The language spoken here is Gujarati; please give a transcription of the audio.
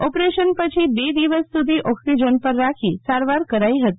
ઓપરેશન પછી બે દિવસ સુધી ઓક્સિજન પર રાખી સારવાર કરાઈ હતી